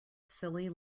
silly